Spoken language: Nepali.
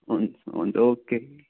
हुन्छ हुन्छ ओके